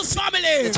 family